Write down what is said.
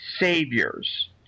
saviors